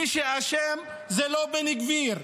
מי שאשם זה לא בן גביר,